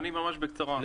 אני ממש בקצרה.